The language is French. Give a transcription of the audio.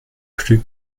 plus